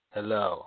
Hello